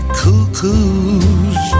cuckoos